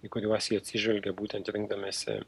į kuriuos jie atsižvelgė būtent rinkdamiesi